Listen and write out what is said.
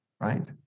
right